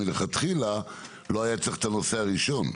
מלכתחילה לא היה צריך את הנושא הראשון.